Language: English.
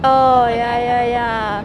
oh ya ya ya